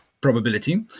probability